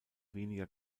weniger